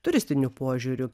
turistiniu požiūriu